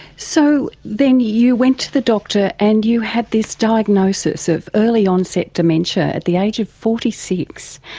so then you went to the doctor and you had this diagnosis of early onset dementia at the age of forty six.